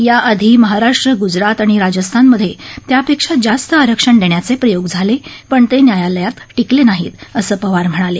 याआधी महाराष्ट्र गुजरात आणि राजस्थानमध्ये त्यापेक्षी जास्त आरक्षण देण्याचे प्रयोग झाले पण ते न्यायालयात टिकले नाहीत असं पवार म्हणाले